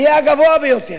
ויהיה הגבוה ביותר,